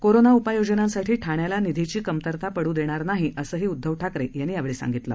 corona उपाय योजनांसाठी ठाण्याला निधीची कमतरता पडू दण्णर नाही असंही उद्धव ठाकर्यिनी सांगितलं